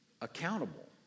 accountable